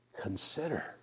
consider